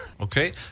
Okay